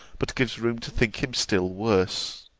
but gives room to think him still worse.